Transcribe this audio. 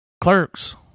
clerks